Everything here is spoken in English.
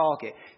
target